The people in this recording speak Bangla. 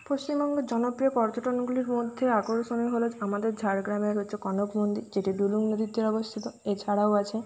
পশ্চিমবঙ্গ জনপ্রিয় পর্যটনগুলির মধ্যে আকর্ষণীয় হলো আমাদের ঝাড়গ্রামের হচ্ছে কনক মন্দির যেটি ডুলুং নদীর তীরে অবস্থিত এছাড়াও আছে